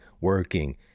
working